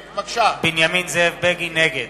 (קורא בשמות חברי הכנסת) זאב בנימין בגין, נגד